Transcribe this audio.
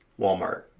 Walmart